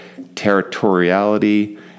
territoriality